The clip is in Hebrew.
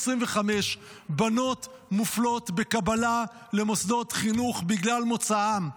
בנות מופלות בקבלה למוסדות חינוך בגלל מוצאן,